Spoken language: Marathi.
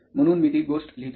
म्हणून मी ती गोष्ट लिहितो